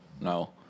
no